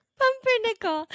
pumpernickel